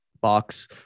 box